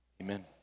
amen